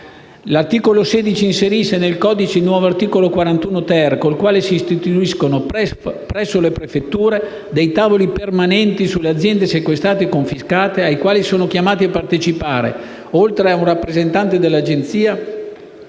L'articolo 16 inserisce nel codice antimafia il nuovo articolo 41-*ter* con il quale si istituiscono presso le prefetture dei tavoli permanenti sulle aziende sequestrate e confiscate, ai quali sono chiamati a partecipare, oltre ad un rappresentante dell'Agenzia